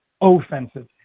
offensive